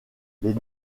les